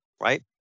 right